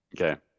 Okay